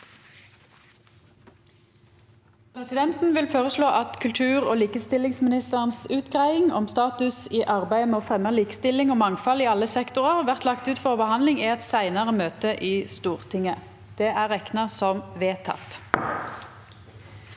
Presidenten vil føreslå at kultur- og likestillingsministerens utgreiing om status i arbeidet med å fremja likestilling og mangfald i alle sektorar vert lagd ut for behandling i eit seinare møte i Stortinget. – Det er vedteke.